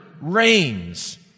reigns